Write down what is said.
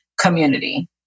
community